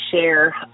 share